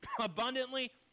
abundantly